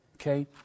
Okay